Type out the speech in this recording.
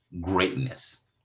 greatness